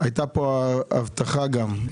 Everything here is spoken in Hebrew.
הייתה פה הבטחה גם.